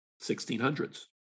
1600s